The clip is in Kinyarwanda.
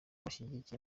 ashyigikiye